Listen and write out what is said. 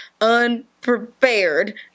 unprepared